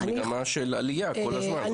יש מגמה של עלייה כל הזמן.